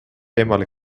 eemale